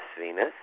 Venus